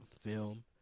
film